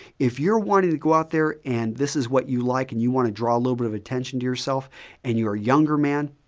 if you're wanting to go out there and this is what you like and you want to draw a little bit of attention to yourself and you're a younger man,